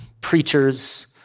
preachers